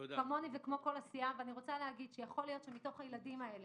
כמוני וכמו כל הסיעה - יכול להיות שמתוך הילדים האלה,